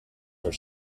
are